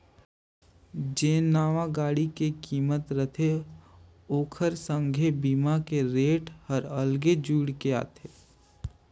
जेन नावां गाड़ी के किमत रथे ओखर संघे बीमा के रेट हर अगले जुइड़ के आथे